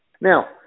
Now